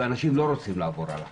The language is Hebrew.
אנשים לא רוצים לעבור על החוק.